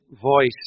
voice